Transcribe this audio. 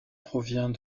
provient